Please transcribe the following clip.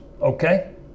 okay